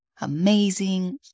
amazing